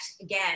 again